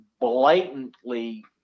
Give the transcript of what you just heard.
blatantly